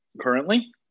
currently